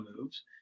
moves